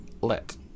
let